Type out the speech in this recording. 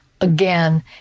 again